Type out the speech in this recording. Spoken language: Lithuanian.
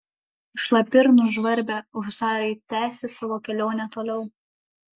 šlapi ir nužvarbę husarai tęsė savo kelionę toliau